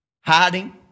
hiding